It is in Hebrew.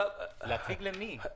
להציג למי?